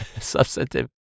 substantive